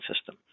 system